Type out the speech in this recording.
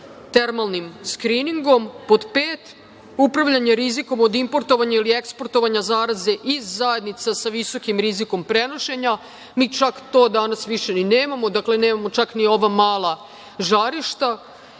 termalnim skriningom. Pod pet, upravljanje rizikom od importovanja ili eksportovanja zaraze iz zajednica sa visokim rizikom prenošenja. Mi čak to danas više ni nemamo. Dakle, nemamo čak ni ova mala žarišta.I